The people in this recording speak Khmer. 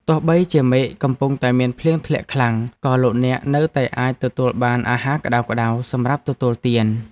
ទោះបីជាមេឃកំពុងតែមានភ្លៀងធ្លាក់ខ្លាំងក៏លោកអ្នកនៅតែអាចទទួលបានអាហារក្តៅៗសម្រាប់ទទួលទាន។